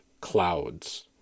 clouds